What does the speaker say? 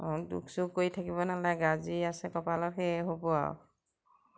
অঁ দুখ চুখ কৰি থাকিব নালাগে যি আছে কপালত সেই হ'ব আৰু